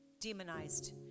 demonized